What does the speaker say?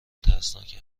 ترسناک